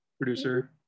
Producer